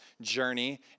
journey